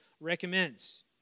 recommends